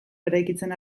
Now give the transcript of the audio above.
eraikitzen